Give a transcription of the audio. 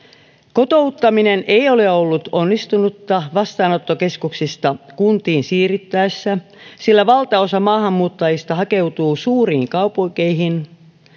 kotouttaminen ei ole ollut onnistunutta vastaanottokeskuksista kuntiin siirryttäessä sillä valtaosa maahanmuuttajista hakeutuu suuriin kaupunkeihin